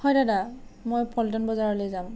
হয় দাদা মই পল্টন বজাৰলৈ যাম